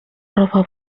roba